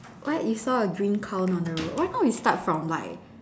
what you saw a green cow on the road why don't we start from like